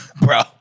Bro